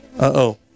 Uh-oh